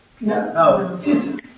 No